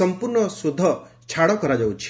ସମ୍ପର୍ଣ୍ଣ ସୁଧ ଛାଡ଼ କରାଯାଉଛି